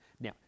now